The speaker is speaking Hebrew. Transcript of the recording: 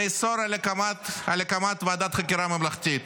נאסור על הקמת ועדת חקירה ממלכתית.